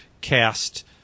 cast